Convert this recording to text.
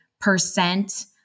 percent